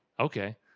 okay